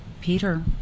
Peter